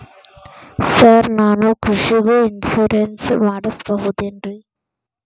Sir ನಾನು ಕೃಷಿಗೂ insurance ಮಾಡಸಬಹುದೇನ್ರಿ?